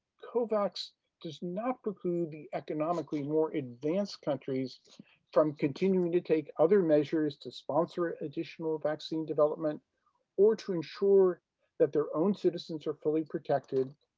covax does not preclude the economically more advanced countries from continuing to take other measures to sponsor additional vaccine development or to ensure that their own citizens are fully protected,